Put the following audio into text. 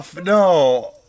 No